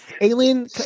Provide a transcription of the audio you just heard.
Alien